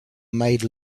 made